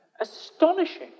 Astonishing